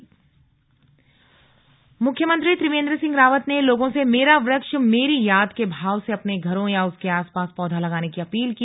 CM भ्रमण मुख्यमंत्री त्रिवेंद्र सिंह रावत ने लोगों से मेरा वक्ष मेरी याद के भाव से अपने घरों या उसके आसपास पौधा लगाने की अपील की